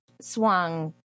swung